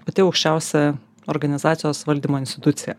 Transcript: pati aukščiausia organizacijos valdymo institucija